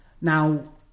now